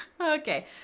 Okay